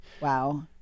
Wow